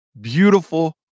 Beautiful